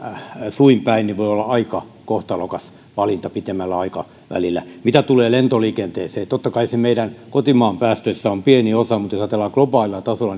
suin päin voi olla aika kohtalokas valinta pitemmällä aikavälillä mitä tulee lentoliikenteeseen totta kai se meidän kotimaan päästöissä on pieni osa mutta jos ajatellaan globaalilla tasolla